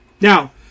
Now